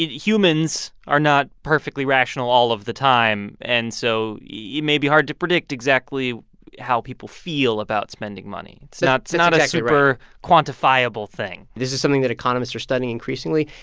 humans are not perfectly rational all of the time, and so it yeah may be hard to predict exactly how people feel about spending money. it's not it's not a super quantifiable thing this is something that economists are studying increasingly,